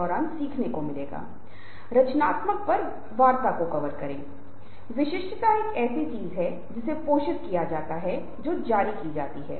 आप इस लिंक पर जाकर केवल 8 प्रश्नों के उत्तर दे और फिर हम यह पता लगा सकते हैं कि आप कहाँ खड़े हैं